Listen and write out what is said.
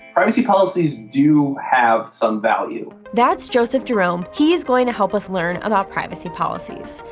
privacy policies do have some value. that's joseph jerome. he is going to help us learn about privacy policies,